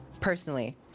personally